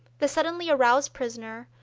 the suddenly aroused prisoner,